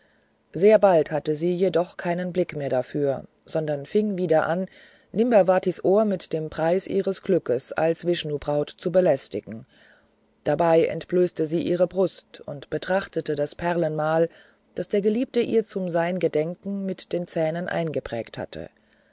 sehr bald hatte sie jedoch keinen blick mehr dafür sondern fing wieder an nimbavatis ohr mit dem preis ihres glücks als vishnubraut zu belästigen dabei entblößte sie ihre brust und betrachtete das perlenmal das der geliebte ihr zum seingedenken mit den zähnen eingeprägt hatte